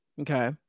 Okay